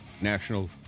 National